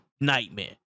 nightmare